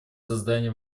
создание